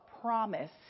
promise